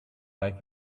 life